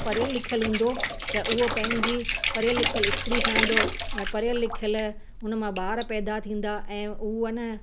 पढ़ियल लिखियल हूंदो त उहो पंहिंजी पढ़ियल लिखियल स्त्री खणंदो ऐं पढ़ियल लिखियल हुन मां ॿार पैदा थींदा ऐं उहा अन